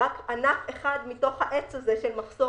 זה רק ענף אחד מתוך העץ הזה של מחסור